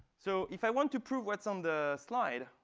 so if i want to prove what's on the slide,